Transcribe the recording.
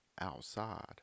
outside